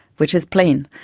which is plain.